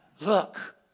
Look